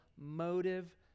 motive